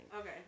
okay